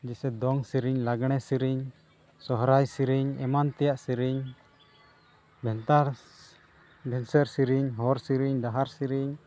ᱡᱮᱥᱮ ᱫᱚᱝ ᱥᱮᱨᱮᱧ ᱞᱟᱜᱽᱲᱮ ᱥᱮᱨᱮᱧ ᱥᱚᱦᱨᱟᱭ ᱥᱮᱨᱮᱧ ᱮᱢᱟᱱ ᱛᱮᱭᱟᱜ ᱥᱮᱨᱮᱧ ᱵᱷᱮᱱᱛᱟᱲ ᱵᱤᱪᱟᱹᱨ ᱥᱮᱨᱮᱧ ᱦᱚᱨ ᱥᱮᱨᱮᱧ ᱰᱟᱦᱟᱨ ᱥᱮᱨᱮᱧ